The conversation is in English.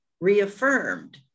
reaffirmed